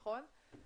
נכון?